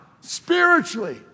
spiritually